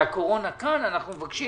כשהקורונה כאן, אנחנו מבקשים